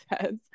says